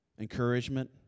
Encouragement